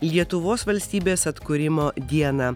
lietuvos valstybės atkūrimo dieną